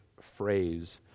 phrase